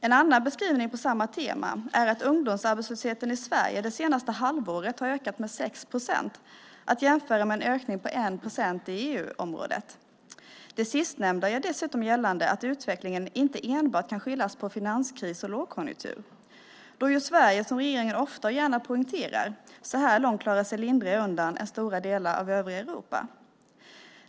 En annan beskrivning på samma tema är att ungdomsarbetslösheten i Sverige det senaste halvåret har ökat med 6 procent, att jämföra med en ökning på 1 procent i EU-området. Det sistnämnda gör dessutom att man kan göra gällande att utvecklingen inte enbart kan skyllas på finanskris och lågkonjunktur då ju Sverige, som regeringen ofta och gärna poängterar, så här långt klarat sig lindrigare undan än stora delar av övriga Europa.